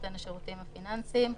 בנותן השירותים הפיננסיים,